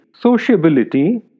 sociability